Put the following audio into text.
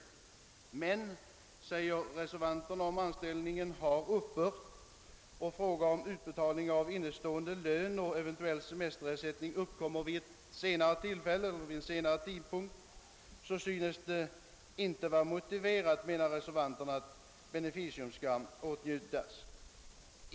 Reservanterna säger emellertid att »om anställningen upphört och frågan om utbetalning av innestående lön och eventuell semesterersättning uppkommer vid en senare tidpunkt synes det inte vara motiverat att beneficium skall åtnjutas».